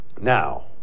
Now